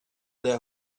their